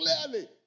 clearly